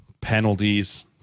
Penalties